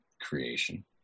creation